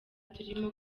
turimo